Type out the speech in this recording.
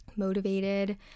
motivated